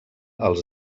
els